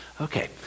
Okay